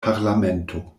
parlamento